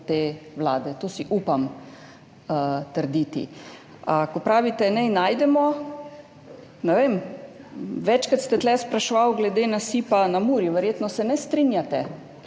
te vlade. To si upam trditi. Ko pravite, naj najdemo, ne vem, večkrat ste tu spraševali glede nasipa na Muri, verjetno se ne strinjate,